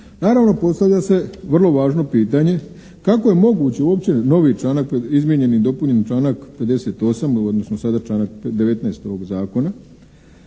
Naravno postavlja se vrlo važno pitanje kako je moguće uopće novi članak izmijenjeni i dopunjeni članak 58. odnosno sada članak 19. ovog